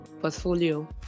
portfolio